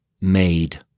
made